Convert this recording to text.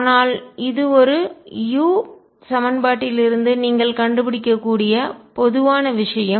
ஆனால் இது ஒரு u சமன்பாட்டிலிருந்து நீங்கள் கண்டுபிடிக்கக்கூடிய பொதுவான விஷயம்